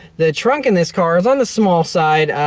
the trunk in this car is on the small side.